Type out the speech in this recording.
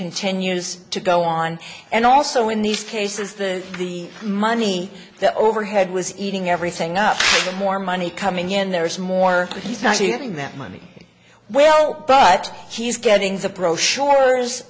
continues to go on and also in these cases the the money the overhead was eating everything up with more money coming in there is more but he's not using that money well but he's getting the pro sure